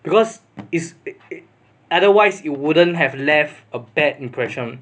because is it otherwise it wouldn't have left a bad impression